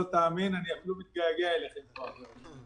לא תאמין, אני אפילו מתגעגע אליכם כבר.